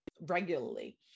regularly